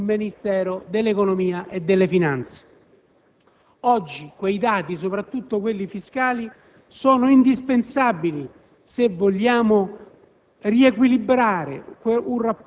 per il collegamento informatico con il Ministero dell'economia e delle finanze. Oggi quei dati, soprattutto quelli fiscali, sono indispensabili se vogliamo